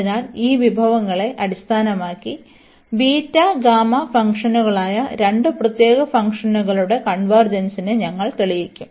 അതിനാൽ ഈ വിഭവങ്ങളെ അടിസ്ഥാനമാക്കി ബീറ്റ ഗാമാ ഫംഗ്ഷനുകളായ രണ്ട് പ്രത്യേക ഫംഗ്ഷനുകളുടെ കൺവെർജെൻസിനെ ഞങ്ങൾ തെളിയിക്കും